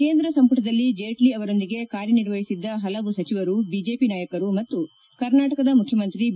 ಕೇಂದ್ರ ಸಂಪುಟದಲ್ಲಿ ಜೇಟ್ನ ಅವರೊಂದಿಗೆ ಕಾರ್ಯನಿರ್ವಹಿಸಿದ್ದ ಹಲವು ಸಚಿವರು ಬಿಜೆಪಿ ನಾಯಕರು ಮತ್ತು ಕರ್ನಾಟಕದ ಮುಖ್ನಮಂತ್ರಿ ಬಿ